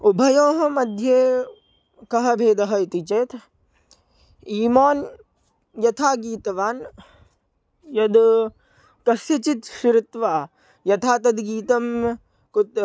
उभयोः मध्ये कः भेदः इति चेत् ईमोन् यथा गीतवान् यद् तस्यचित् श्रुत्वा यथा तद् गीतं कुतः